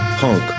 punk